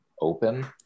open